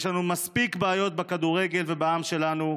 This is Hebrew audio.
יש לנו מספיק בעיות בכדורגל ובעם שלנו,